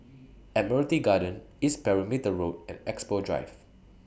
Admiralty Garden East Perimeter Road and Expo Drive